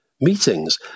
meetings